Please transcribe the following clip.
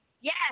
Yes